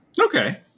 Okay